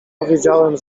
powiedziałam